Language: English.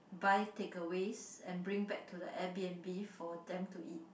buy takeaways and bring back to the Airbnb for them to eat